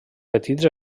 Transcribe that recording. petits